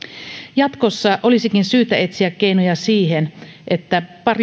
jatkossa olisikin syytä etsiä keinoja siihen että